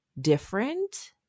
different